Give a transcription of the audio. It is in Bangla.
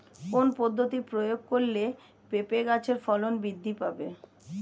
কোন পদ্ধতি প্রয়োগ করলে পেঁপে গাছের ফলন বৃদ্ধি পাবে?